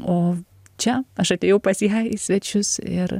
o čia aš atėjau pas ją į svečius ir